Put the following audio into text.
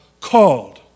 called